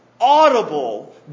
Audible